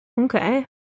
Okay